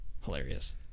Hilarious